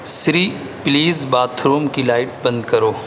Sri please bathroom کی light بند کرو